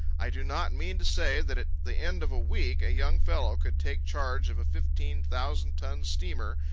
i do not mean to say that at the end of a week a young fellow could take charge of a fifteen-thousand-ton steamer,